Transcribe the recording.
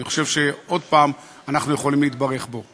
אני חושב, עוד פעם, שאנחנו יכולים להתברך בו.